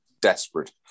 desperate